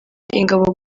ingabo